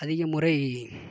அதிக முறை